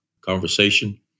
conversation